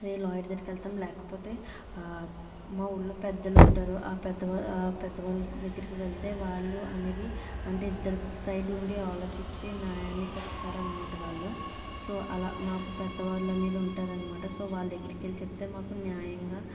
lawyer దగ్గరికి వెళ్తాం లేకపోతే మా ఊరిలో పెద్దలు ఉంటారు ఆ పెద్దవా పెద్దవాళ్ళు దగ్గరికి వెళ్తే వాళ్ళు అనేది అంటే ఇద్దరు సైడ్ ఉండి ఆలోచించి న్యాయాన్ని చెప్తారనమాట వాళ్ళు సో అలా మాకు పెద్ద వాళ్ళు అనేది ఉంటారు అన్నమాట సో వాళ్ళ దగ్గరికి వెళ్ళి చెప్తే మాకు న్యాయంగా